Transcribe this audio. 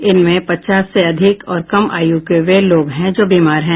इनमें पचास से अधिक और कम आयु के वे लोग हैं जो बीमार हैं